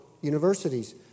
universities